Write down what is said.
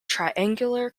triangular